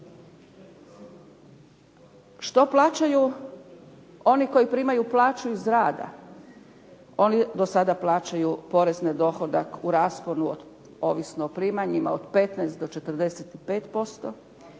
Što plaćaju oni koji primaju plaću iz rada? Oni do sada plaćaju porez na dohodak u rasponu, ovisno o primanjima, od 15 do 45%